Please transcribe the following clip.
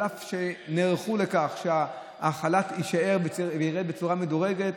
על אף שנערכו לכך שהחל"ת ירד בצורה מדורגת,